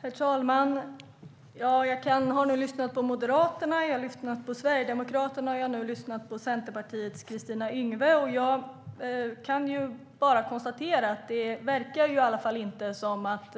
Herr talman! Jag har lyssnat på Moderaterna, Sverigedemokraterna och nu på Centerpartiets Kristina Yngwe. Jag kan bara konstatera att det i varje fall inte verkar som att